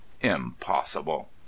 impossible